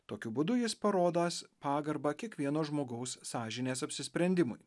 tokiu būdu jis parodąs pagarbą kiekvieno žmogaus sąžinės apsisprendimui